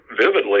vividly